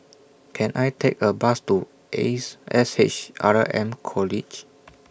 Can I Take A Bus to Ace S H R M College